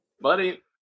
buddy